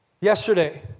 yesterday